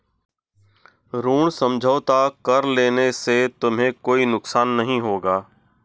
ऋण समझौता कर लेने से तुम्हें कोई नुकसान नहीं होगा